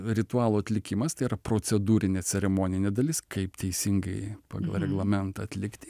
ritualų atlikimas tai yra procedūrinė ceremoninė dalis kaip teisingai pagal reglamentą atlikti